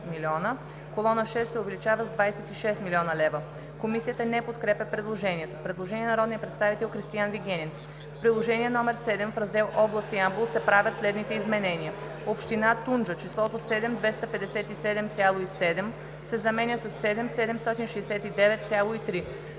колона 6 се увеличава с 26 000 000 лева.“ Комисията не подкрепя предложението. Предложение на народния представител Кристиан Вигенин: „В Приложение № 7 е раздел ОБЛАСТ ЯМБОЛ се правят следните изменения: Община Тунджа числото „7 257,7“ се заменя със „7 769,3“,